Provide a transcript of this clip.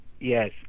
Yes